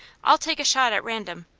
i'll take a shot at random.